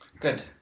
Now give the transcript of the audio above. Good